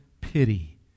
pity